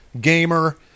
gamer